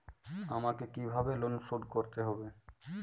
আমাকে কিভাবে লোন শোধ করতে হবে?